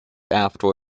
after